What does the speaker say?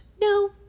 No